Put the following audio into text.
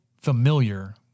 familiar